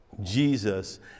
Jesus